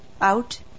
out